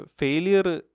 failure